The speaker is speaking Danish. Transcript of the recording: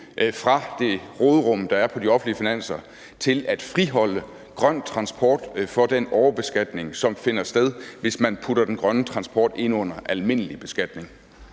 fra det råderum, der er på de offentlige finanser, til at friholde grøn transport for den overbeskatning, som finder sted, hvis man putter den grønne transport ind under almindelig beskatning?